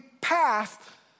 path